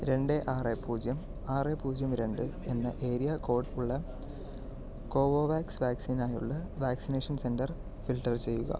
രണ്ട് ആറ് പൂജ്യം ആറ് പൂജ്യം രണ്ട് എന്ന ഏരിയ കോഡ് ഉള്ള കോവോവാക്സ് വാക്സിനായുള്ള വാക്സിനേഷൻ സെന്റർ ഫിൽട്ടർ ചെയ്യുക